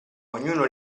ognuno